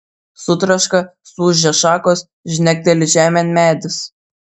sutraška suūžia šakos žnekteli žemėn medis